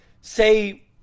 say